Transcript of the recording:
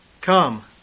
Come